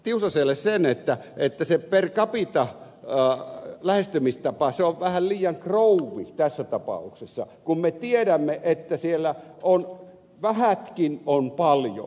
tiusaselle sen että se per capita lähestymistapa on vähän liian krouvi tässä tapauksessa kun me tiedämme että siellä vähätkin on paljon